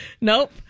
Nope